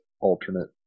alternate